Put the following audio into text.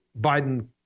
Biden